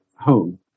home